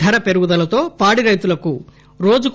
ధర పెరుగుదలతో పాడి రైతులకు రోజుకు